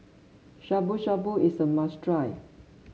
Shabu Shabu is a must try